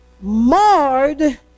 Marred